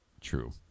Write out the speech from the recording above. True